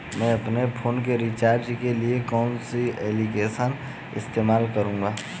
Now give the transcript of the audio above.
मैं अपने फोन के रिचार्ज के लिए कौन सी एप्लिकेशन इस्तेमाल करूँ?